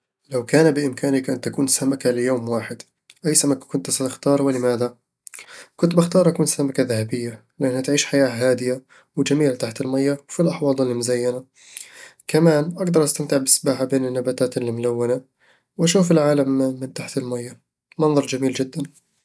لو كان بإمكانك أن تكون سمكة ليوم واحد، أي سمكة كنت ستختار ولماذا؟ كنت بأختار أكون سمكة ذهبية، لأنها تعيش حياة هادئة وجميلة تحت الميه وفي الأحواض المزينة كمان، أقدر أستمتع بالسباحة بين النباتات الملونة وأشوف العالم من تحت المية منظر جميل جدا